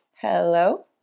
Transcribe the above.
Hello